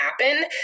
happen